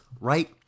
right